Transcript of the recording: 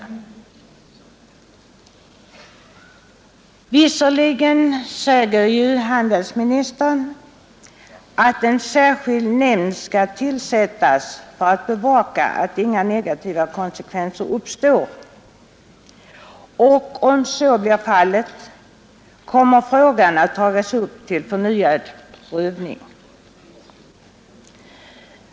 Visserligen säger handelsministern att en särskild nämnd skall tillsättas för att bevaka att inga negativa konsekvenser uppstår, och om så blir fallet kommer frågan att tagas upp till förnyad prövning.